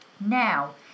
Now